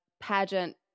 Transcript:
pageant